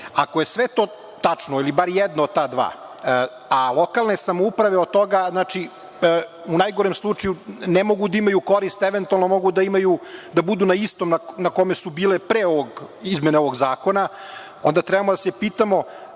Ako je sve to tačno, ili bar jedno od ta dva, a lokalne samouprave od toga u najgorem slučaju ne mogu da imaju korist, eventualno mogu da budu na istom na čemu su bili pre izmene ovog zakona, onda trebamo da se pitamo